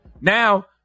now